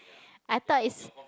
I thought is